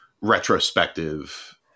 retrospective